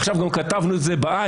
עכשיו גם כתבנו את זה בעין,